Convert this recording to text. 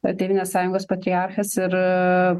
na tėvynės sąjungos patriarchas ir